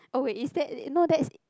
oh wait is that no that's